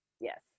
yes